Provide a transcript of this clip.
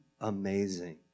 amazing